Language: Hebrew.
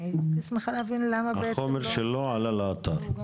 הייתי שמחה להבין למה בעצם לא החומר שלו עלה לאתר.